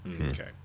Okay